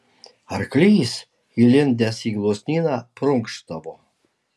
arklys įlindęs į gluosnyną prunkštavo